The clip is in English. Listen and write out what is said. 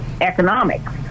economics